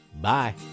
bye